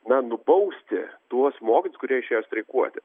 na nubausti tuos mokytojus kurie išėjo streikuoti